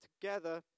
together